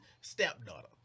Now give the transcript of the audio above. stepdaughter